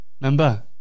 Remember